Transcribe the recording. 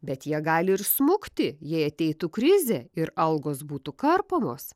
bet jie gali ir smukti jei ateitų krizė ir algos būtų karpomos